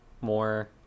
more